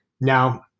Now